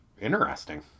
interesting